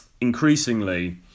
increasingly